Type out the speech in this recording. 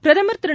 பிரதமர் திரு